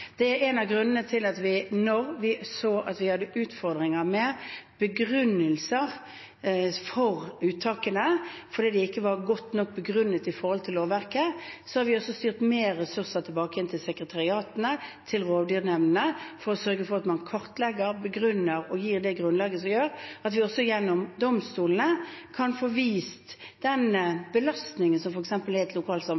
Det er en av grunnene til at vi da vi så at vi hadde utfordringer med begrunnelser for uttakene, fordi de ikke var godt nok begrunnet i forhold til lovverket, også styrte mer ressurser tilbake til sekretariatene til rovdyrnemndene, for å sørge for at man kartlegger, begrunner og gir det grunnlaget som gjør at vi også gjennom domstolene kan få vist den